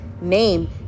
name